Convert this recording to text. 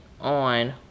on